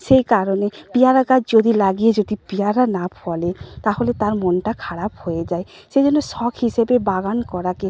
সেই কারণে পেয়ারা গাছ যদি লাগিয়ে যদি পেয়ারা না ফলে তাহলে তার মনটা খারাপ হয়ে যায় সেই জন্য শখ হিসেবে বাগান করাকে